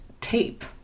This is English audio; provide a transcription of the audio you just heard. tape